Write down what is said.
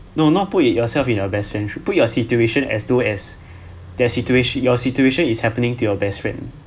no not put it yourself in your best friend's shoe put your situation as thought as that situation your situation is happening to your best friend